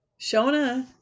Shona